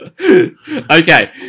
Okay